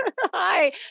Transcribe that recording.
Hi